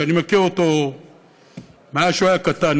שאני מכיר אותו מאז שהוא היה קטן.